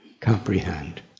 comprehend